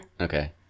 Okay